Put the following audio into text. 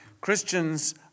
christians